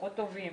פחות טובים,